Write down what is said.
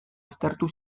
aztertu